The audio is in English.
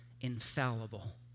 infallible